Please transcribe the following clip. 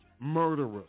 murderers